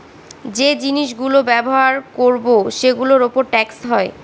যে জিনিস গুলো ব্যবহার করবো সেগুলোর উপর ট্যাক্স হয়